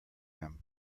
him